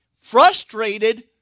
frustrated